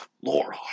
Laura